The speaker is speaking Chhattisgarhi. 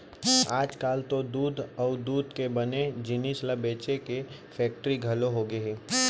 आजकाल तो दूद अउ दूद के बने जिनिस ल बेचे के फेक्टरी घलौ होगे हे